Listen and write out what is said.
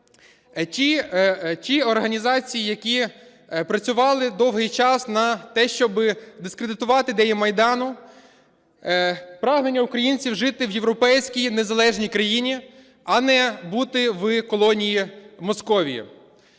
Ті організації, які працювали довгий час на те, щоб дискредитувати ідеї Майдану, прагнення українців жити в європейській незалежній країні, а не бути в колонії Московії.